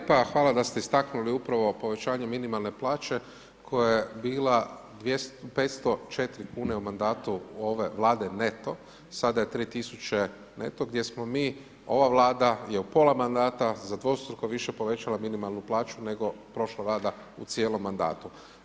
Hvala lijepa, hvala da se istaknuli upravo povećanje minimalne plaće koja je bila 504 kune u mandatu ove Vlade neto sada je 3.000 neto gdje smo mi, ova Vlada je u pola mandata za dvostruko više povećala minimalnu plaću nego prošla Vlada u cijelom mandatu.